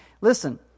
Listen